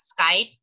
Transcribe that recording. Skype